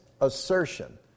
assertion